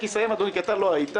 רק אסיים, אדוני, כי אתה לא היית.